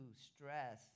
stress